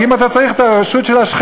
כי אם אתה צריך את הרשות של השכנים,